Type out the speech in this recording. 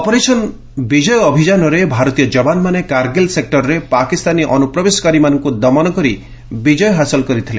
operation Vijay ଅଭିଯାନରେ ଭାରତୀୟ ଯବାନମାନେ କାର୍ଗୀଲ୍ ସେକ୍ଟରରେ ପାକିସ୍ତାନୀ ଅନୁପ୍ରବେଶକାରୀମାନଙ୍କୁ ଦମନ କରି ବିଜୟ ହାସଲ କରିଥିଲେ